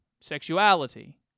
sexuality